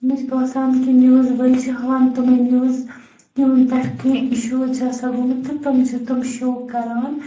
مےٚ چھِ باسان کہِ نِوٕز وٲلۍ چھِ ہاوان تِمَے نِوٕز یِمَن پٮ۪ٹھ کیٚنٛہہ اِشوٗز چھِ آسان گوٚمُت تہٕ تِم چھِ تِم شو کَران